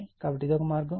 కాబట్టి ఇది ఒక మార్గం